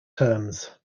terms